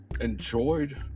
enjoyed